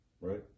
right